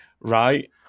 right